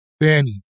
Danny